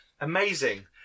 Amazing